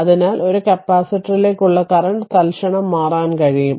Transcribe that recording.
അതിനാൽ ഒരു കപ്പാസിറ്ററിലേക്കുള്ള കറന്റ് തൽക്ഷണം മാറാൻ കഴിയും